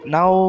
Now